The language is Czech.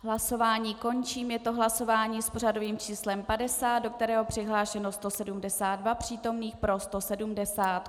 Hlasování končím, je to hlasování s pořadovým číslem 50, do kterého je přihlášeno 172 přítomných, pro 170.